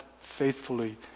faithfully